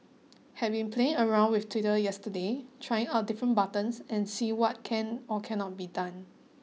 having playing around with Twitter yesterday trying out different buttons and see what can or cannot be done